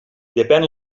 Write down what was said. depèn